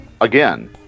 Again